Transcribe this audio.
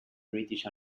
british